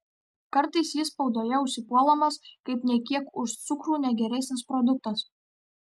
kartais jis spaudoje užsipuolamas kaip nė kiek už cukrų negeresnis produktas